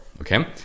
okay